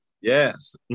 yes